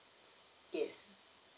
yes